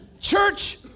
Church